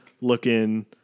looking